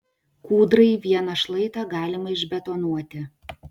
kūdrai vieną šlaitą galima išbetonuoti